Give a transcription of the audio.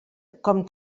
com